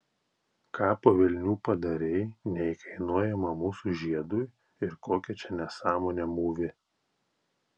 ką po velnių padarei neįkainojamam mūsų žiedui ir kokią čia nesąmonę mūvi